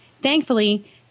Thankfully